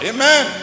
Amen